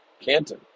Canton